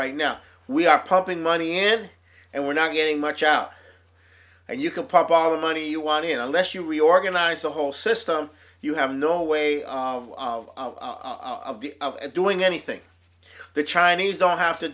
right now we are pumping money and and we're not getting much out and you can pump all the money you want and unless you reorganize the whole system you have no way of of the of and doing anything the chinese don't have to